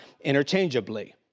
interchangeably